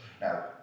Now